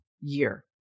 year